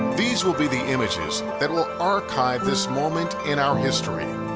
these will be the images that will archive this moment in our history.